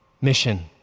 mission